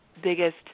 biggest